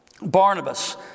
Barnabas